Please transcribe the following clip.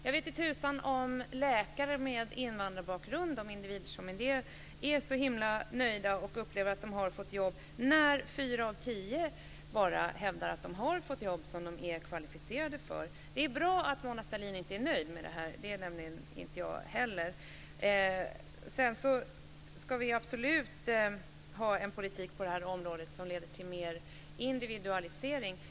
Det vete tusan om läkare med invandrarbakgrund är så himla nöjda och upplever att de har fått jobb när bara fyra av tio hävdar att de har fått jobb som de är kvalificerade för. Det är bra att Mona Sahlin inte är nöjd med det här. Det är nämligen inte jag heller. Sedan ska vi absolut ha en politik på det här området som leder till mer individualisering.